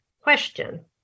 question